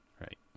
Right